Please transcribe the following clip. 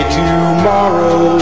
tomorrow